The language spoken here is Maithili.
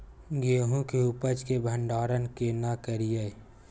गेहूं के उपज के भंडारन केना करियै?